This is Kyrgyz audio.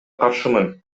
каршымын